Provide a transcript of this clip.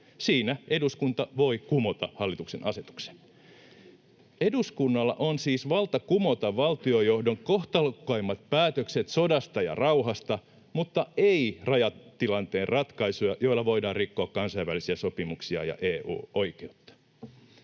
Siinä eduskunta voi kumota hallituksen asetuksen. Eduskunnalla on siis valta kumota valtionjohdon kohtalokkaimmat päätökset sodasta ja rauhasta mutta ei rajatilanteen ratkaisuja, joilla voidaan rikkoa kansainvälisiä sopimuksia ja EU-oikeutta.